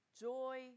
joy